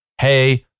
Hey